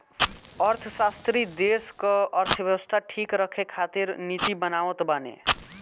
अर्थशास्त्री देस कअ अर्थव्यवस्था ठीक रखे खातिर नीति बनावत बाने